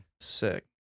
sick